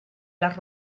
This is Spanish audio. las